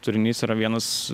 turinys yra vienas